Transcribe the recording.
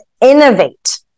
innovate